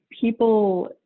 people